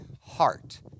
heart